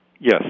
Yes